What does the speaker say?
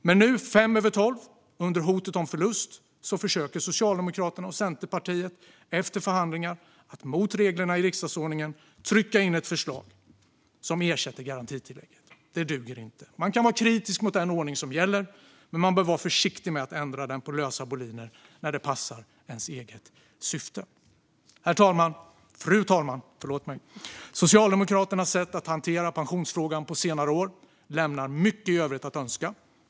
Men nu, fem över tolv och under hotet om förlust, försöker Socialdemokraterna och Centerpartiet efter förhandlingar att mot reglerna i riksdagsordningen trycka in ett förslag som ersätter garantitillägget. Det duger inte. Man kan vara kritisk mot den ordning som gäller, men man bör vara försiktig med att ändra den på lösa boliner när det passar ens eget syfte. Fru talman! Socialdemokraternas sätt att hantera pensionsfrågan på senare år lämnar mycket i övrigt att önska.